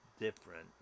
different